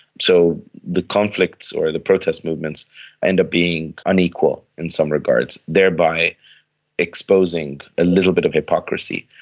so the conflicts or the protest movements end up being unequal in some regards, thereby exposing a little bit of hypocrisy.